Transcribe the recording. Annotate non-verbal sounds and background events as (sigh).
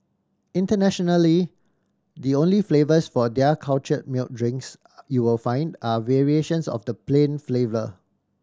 internationally the only flavours for their culture milk drinks (hesitation) you will find are variations of the plain flavour